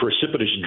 precipitous